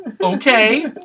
Okay